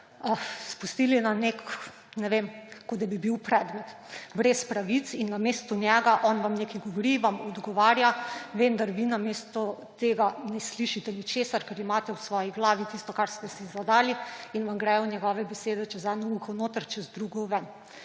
spustili na nek, ne vem, kot da bi bil predmet brez pravic. On vam nekaj govori, vam odgovarja, vendar vi ne slišite ničesar, ker imate v svoji glavi tisto, kar ste si zadali, in vam grejo njegove besede čez eno uho noter, čez drugo ven.